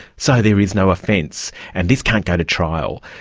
so there is no offence, and this can't go to trial.